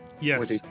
Yes